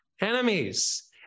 enemies